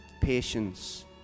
patience